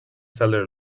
seller